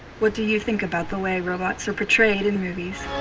what do you think about the way robots are portrayed in movies?